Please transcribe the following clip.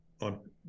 on